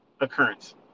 occurrence